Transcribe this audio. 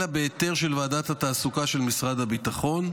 אלא בהיתר של ועדת התעסוקה של משרד הביטחון.